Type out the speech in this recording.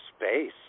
Space